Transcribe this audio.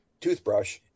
toothbrush